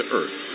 earth